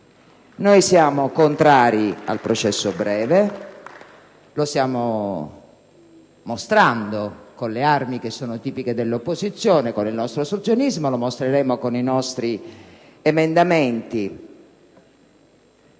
Noi siamo contrari al processo breve, lo stiamo mostrando con le armi tipiche dell'opposizione, con il nostro ostruzionismo, e lo mostreremo con i nostri emendamenti,